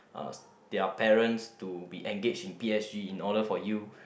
uh their parents to be engaged in P_S_G in order for you